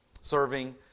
serving